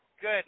good